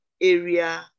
area